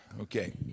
Okay